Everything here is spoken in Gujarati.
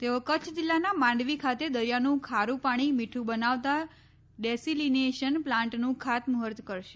તેઓ કચ્છ જિલ્લાના માંડવી ખાતે દરિયાનું ખારુ પાણી મીઠ બનાવતા ડિસેલીનેશન પ્લાન્ટનું ખાતમુહૂર્ત કરશે